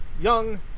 young